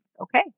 Okay